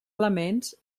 elements